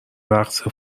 رقص